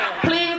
Please